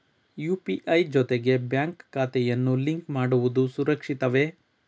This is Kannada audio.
ಯು.ಪಿ.ಐ ಜೊತೆಗೆ ಬ್ಯಾಂಕ್ ಖಾತೆಯನ್ನು ಲಿಂಕ್ ಮಾಡುವುದು ಸುರಕ್ಷಿತವೇ?